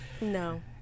no